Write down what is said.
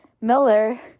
Miller